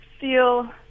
feel